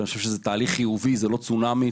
שבעיניי זה תהליך חיובי ולא צונאמי,